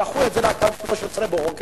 דחו את זה ל-2013 בחוק ההסדרים.